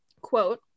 quote